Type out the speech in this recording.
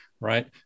Right